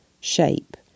shape